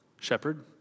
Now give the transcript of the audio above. shepherd